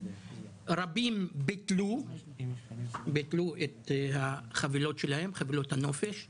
רבים ביטלו את חבילות הנופש שלהם.